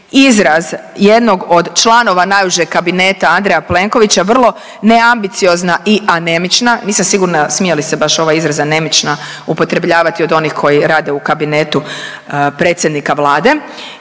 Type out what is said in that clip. izraz jednog od članova najužeg kabineta Andreja Plenkovića vrlo neambiciozna i anemična. Nisam sigurna smije li se baš ovaj izraz anemična upotrebljavati od onih koji rade u kabinetu predsjednika Vlade